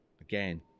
again